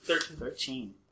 Thirteen